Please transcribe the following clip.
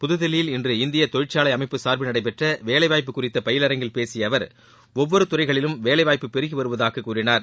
புதுதில்லியில் இன்று இந்திய தொழிற்சாலை அமைப்பு சார்பில் நடைபெற்ற வேலை வாய்ப்பு குறித்த பயிலரங்கில் பேசிய அவர் ஒவ்வொரு துறைகளிலும் வேலை வாய்ப்பு பெருகி வருவதாக கூறினார்